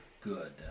good